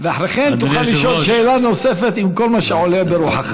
אחרי כן תוכל לשאול שאלה נוספת עם כל מה שעולה על רוחך.